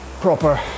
proper